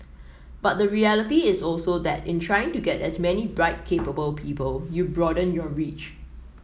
but the reality is also that in trying to get as many bright capable people you broaden your reach